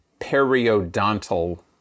periodontal